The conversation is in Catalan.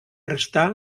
restà